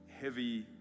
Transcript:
heavy